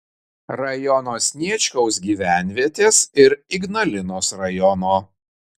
rajono sniečkaus gyvenvietės ir ignalinos rajono